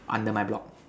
under my block